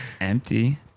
empty